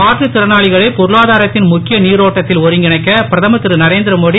மாற்றுத்திறனாளிகளை பொருனாதாரத்தின் முக்கிய நீரோட்டத்தில் ஒருங்கிணைக்க பிரதமர் திரு நரேந்திரமோடி